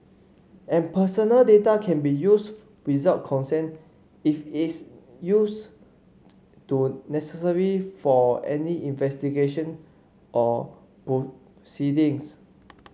and personal data can be used without consent if its use to necessary for any investigation or proceedings